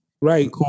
Right